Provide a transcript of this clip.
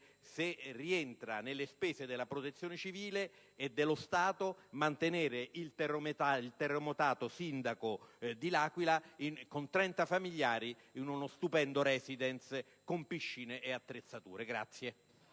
se rientra nella spese della Protezione civile e dello Stato mantenere il terremotato sindaco dell'Aquila con 30 familiari in uno stupendo *residence* con piscine e attrezzature.